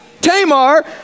Tamar